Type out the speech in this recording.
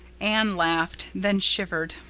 anne laughed then shivered.